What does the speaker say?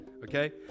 okay